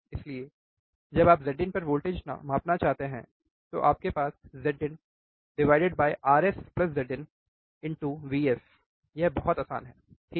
इसलिए जब आप Zin पर वोल्टेज मापना चाहते हैं तो आपके पास Zin Rs Zin VS यह बहुत आसान है ठीक है